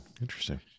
Interesting